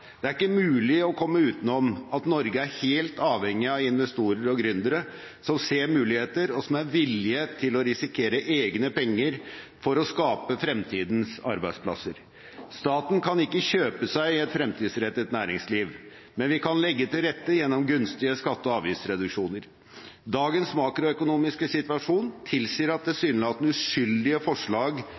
Det er ikke mulig å komme utenom at Norge er helt avhengig av investorer og gründere som ser muligheter, og som er villige til å risikere egne penger for å skape fremtidens arbeidsplasser. Staten kan ikke kjøpe seg et fremtidsrettet næringsliv, men vi kan legge til rette gjennom gunstige skatte- og avgiftsreduksjoner. Dagens makroøkonomiske situasjon tilsier at tilsynelatende uskyldige forslag